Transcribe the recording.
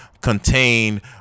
contain